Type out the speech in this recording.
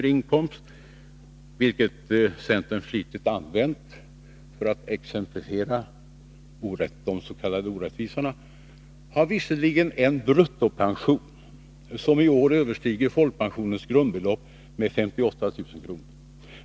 i inkomst, vilken centern flitigt använt för att exemplifiera de s.k. orättvisorna, har visserligen en bruttopension som i år överstiger folkpensionens grundbelopp med 58000 kr.